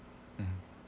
um